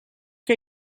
que